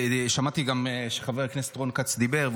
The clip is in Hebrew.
שמעתי גם כשחבר הכנסת רון כץ דיבר.